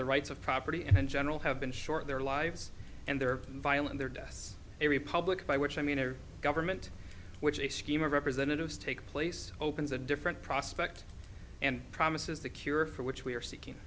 the rights of property and general have been short their lives and their violence their deaths a republic by which i mean a government which is a scheme of representatives take place opens a different prospect and promises the cure for which we are seeking